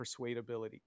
persuadability